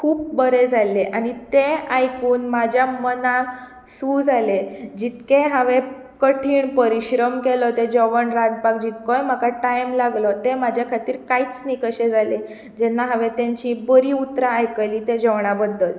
खूब बरें जाल्लें आनी तें आयकून म्हज्या मनाक सूं जालें जितकें हांवेन कठीन परिश्रम केलो तें जेवण रांदपाक जितकोय म्हाका टायम लागलो ते म्हज्या खातीर कांयच न्ही कशें जालें जेन्ना हांवेन तांची बरी उतरां आयकलीं त्या जेवणां बद्दल